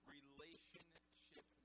Relationship